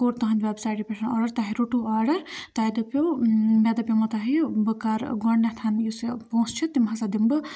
کوٚر تُہٕنٛدۍ وٮ۪بسایٹہِ پٮ۪ٹھ آڈَر تۄہہِ روٚٹوُ آڈَر تۄہہِ دٔپِو مےٚ دَپیومو تۄہہِ بہٕ کَرٕ گۄڈنٮ۪تھ یُس یہِ پونٛسہِ چھِ تِم ہَسا دِمہٕ بہٕ